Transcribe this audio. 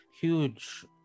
huge